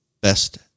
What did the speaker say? best